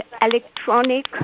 electronic